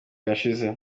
yashize